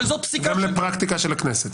אבל זאת פסיקה --- גם לפרקטיקה של הכנסת.